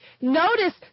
Notice